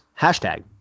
Hashtag